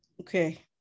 Okay